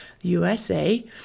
USA